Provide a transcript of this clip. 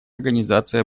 организации